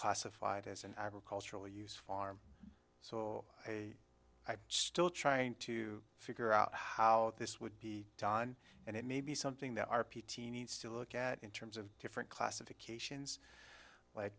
classified as an agricultural use farm so i still trying to figure out how this would be done and it may be something that our p t needs to look at in terms of different classifications like